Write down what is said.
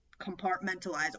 compartmentalize